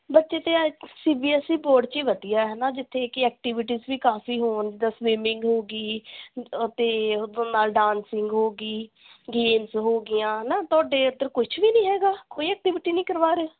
ਬੱਚੇ ਤਾਂ ਇਹ C B S E board 'ਚ ਹੀ ਵਧੀਆ ਹੈ ਨਾ ਜਿੱਥੇ ਕਿ ਐਕਟੀਵਿਟੀਜ ਵੀ ਕਾਫ਼ੀ ਹੋਣ ਜਿੱਦਾਂ ਸਵਿਮਿੰਗ ਹੋ ਗਈ ਅਤੇ ਉਹ ਭਵਾਂ ਡਾਂਸਿੰਗ ਹੋ ਗਈ ਗੇਮਸ ਹੋ ਗਈਆਂ ਹੈ ਨਾ ਤੁਹਾਡੇ ਇੱਧਰ ਕੁਛ ਵੀ ਨਹੀਂ ਹੈਗਾ ਕੋਈ ਐਕਟੀਵਿਟੀ ਨਹੀਂ ਕਰਵਾ ਰਹੇ